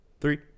three